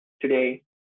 today